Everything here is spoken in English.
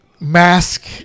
mask